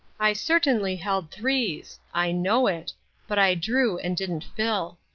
i certainly held threes i know it but i drew and didn't fill.